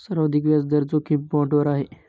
सर्वाधिक व्याजदर जोखीम बाँडवर आहे